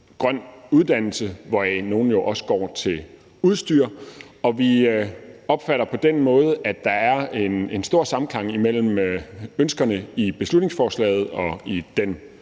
grøn uddannelse, hvoraf nogle jo også går til udstyr, og vi opfatter det sådan, at der på den måde er en stor samklang imellem ønskerne i beslutningsforslaget og den